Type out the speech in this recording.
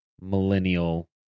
millennial